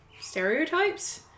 stereotypes